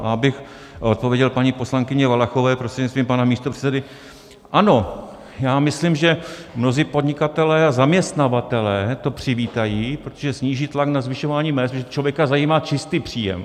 A abych odpověděl paní poslankyni Valachové prostřednictvím pana místopředsedy, ano, já myslím, že mnozí podnikatelé a zaměstnavatelé to přivítají, protože sníží tlak na zvyšování mezd, protože člověka zajímá čistý příjem.